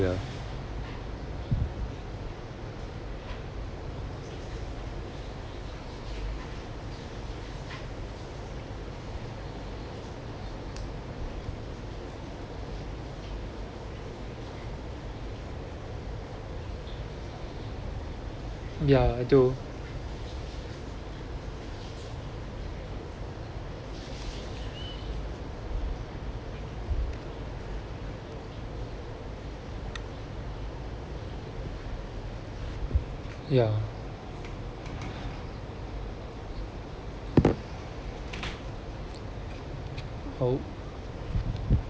ya I do ya oh